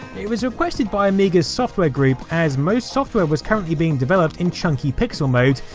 it was requested by amiga's software group as most software was currently being developed in chunky pixel mode,